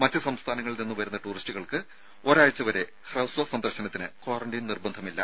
മറ്റ് സംസ്ഥാനങ്ങളിൽ നിന്ന് വരുന്ന ടൂറിസ്റ്റുകൾക്ക് ഒരാഴ്ച്ച വരെ ഹ്രസ്വ സന്ദർശനത്തിന് ക്വാറന്റീൻ നിർബന്ധമില്ല